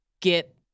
get